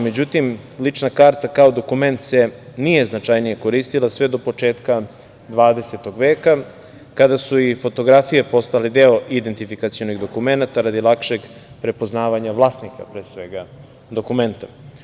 Međutim, lična karta, kao dokument se nije značajnije koristila sve do početka 20. veka, kada su i fotografije postale deo identifikacionih dokumenata, radi lakšeg prepoznavanja vlasnika pre svega dokumenta.